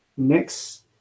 next